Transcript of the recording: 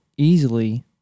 Easily